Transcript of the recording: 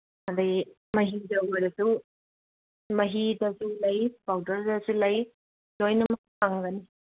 ꯑꯗꯩ ꯃꯍꯤꯗ ꯑꯣꯏꯔꯁꯨ ꯃꯍꯤꯗꯁꯨ ꯂꯩ ꯄꯥꯎꯗꯔꯗꯁꯨ ꯂꯩ ꯂꯣꯏꯅꯃꯛ ꯐꯪꯒꯅꯤ